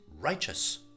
righteous